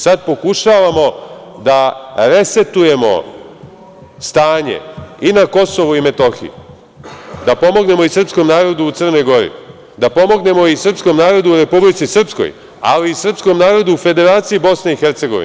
Sada pokušavamo da resetujemo stanje i na KiM, da pomognemo i srpskom narodu u Crnoj Gori, da pomognemo i srpskom narodu u Republici Srpskoj, ali i srpskom narodu u Federaciji BiH.